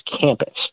campus